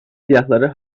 silahları